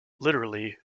literally